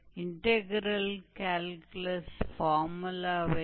तो यह एक प्रकार का इंटेग्रल कैल्कुलस फॉर्मूला है